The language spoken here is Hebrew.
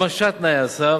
הגמשת תנאי הסף,